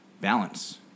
balance